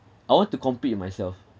I want to compete with myself